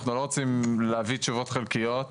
אנחנו לא רוצים להביא תשובות חלקיות.